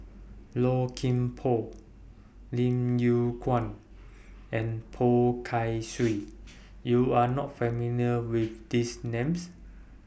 Low Kim Pong Lim Yew Kuan and Poh Kay Swee YOU Are not familiar with These Names